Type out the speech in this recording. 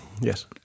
Yes